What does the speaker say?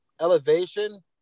elevation